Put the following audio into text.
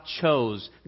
chose